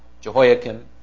Jehoiakim